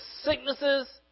sicknesses